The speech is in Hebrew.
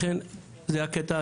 לכן זה הקטע,